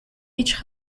each